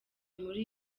muri